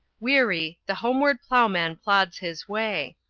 weary, the homeward ploughman plods his way.